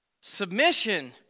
Submission